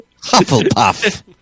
Hufflepuff